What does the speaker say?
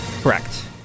Correct